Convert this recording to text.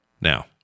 Now